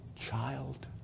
child